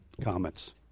Comments